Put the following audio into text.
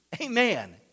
Amen